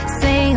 say